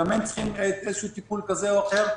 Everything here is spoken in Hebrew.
גם הם צריכים איזשהו טיפול כזה או אחר.